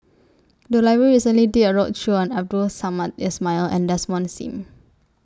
The Library recently did A roadshow on Abdul Samad Ismail and Desmond SIM